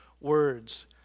words